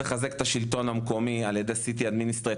צריך לחזק את השלטון המקומי על ידי City Administrator.